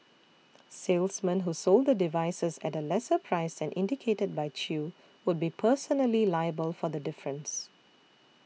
salesmen who sold the devices at a lesser price than indicated by Chew would be personally liable for the difference